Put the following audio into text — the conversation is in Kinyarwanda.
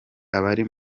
abari